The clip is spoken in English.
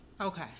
Okay